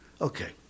Okay